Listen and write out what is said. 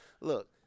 Look